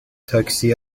تاکسی